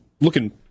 looking